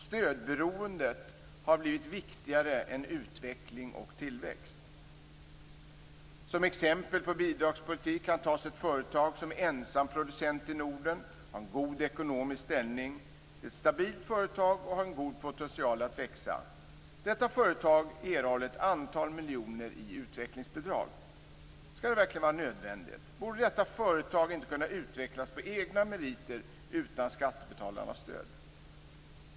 Stödberoendet har blivit viktigare än utveckling och tillväxt. Som exempel på bidragspolitik kan tas ett företag som är ensam producent i Norden och har en god ekonomisk ställning. Det är ett stabilt företag och har en god potential att växa. Detta företag erhåller ett antal miljoner i utvecklingsbidrag. Skall detta verkligen vara nödvändigt? Borde detta företag inte kunna utvecklas på egna meriter utan skattebetalarnas stöd?